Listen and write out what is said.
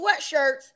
sweatshirts